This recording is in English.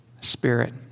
Spirit